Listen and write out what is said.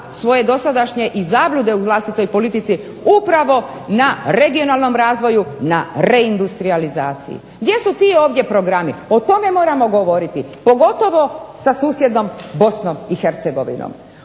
svoje dosadašnje i zablude u vlastitoj politici upravo na regionalnom razvoju, na reindustrijalizaciji. Gdje su ti ovdje programi, o tome moramo govoriti, pogotovo sa susjednom Bosnom i Hercegovinom.